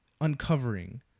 uncovering